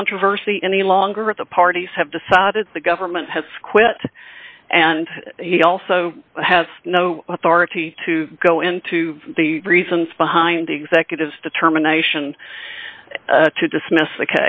controversy any longer the parties have decided the government has quit and he also has no authority to go into the reasons behind executives determination to dismiss th